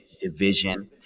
division